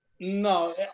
No